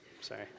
sorry